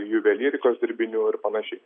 juvelyrikos dirbinių ir panašiai